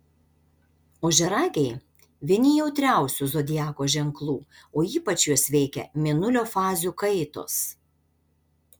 ožiaragiai vieni jautriausių zodiako ženklų o ypač juos veikia mėnulio fazių kaitos